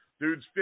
Dude's